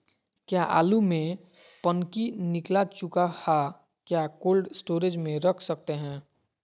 क्या आलु में पनकी निकला चुका हा क्या कोल्ड स्टोरेज में रख सकते हैं?